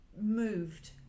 moved